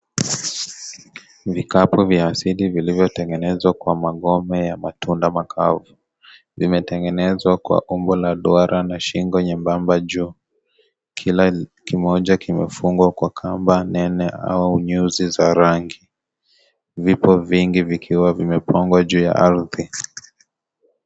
Vikapu vya asili vilivyotengenezwa kwa magome ya matunda makavu. Vimetengenezwa kwa umbo la duara na shingo nyembamba juu. Kila kimoja kimefungwa kwa kamba nene au nyuzi za rangi. Vipo vingi vikiwa vimepangwa juu ya ardhi.